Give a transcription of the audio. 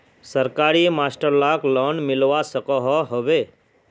सरकारी मास्टर लाक लोन मिलवा सकोहो होबे?